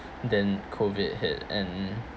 then COVID hit and